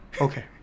Okay